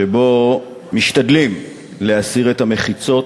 שבו משתדלים להסיר את המחיצות